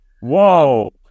Whoa